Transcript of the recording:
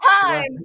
time